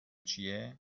چیه